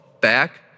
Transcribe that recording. back